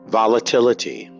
volatility